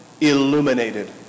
illuminated